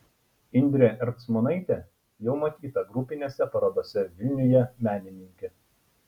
indrė ercmonaitė jau matyta grupinėse parodose vilniuje menininkė